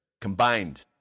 combined